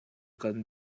kan